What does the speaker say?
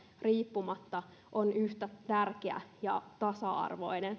riippumatta on yhtä tärkeä ja tasa arvoinen